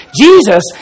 Jesus